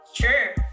Sure